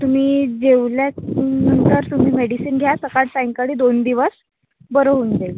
तुम्ही जेवल्यानंतर तुम्ही मेडिसिन घ्या सकाळ सायंकाळी दोन दिवस बरं होऊन जाईल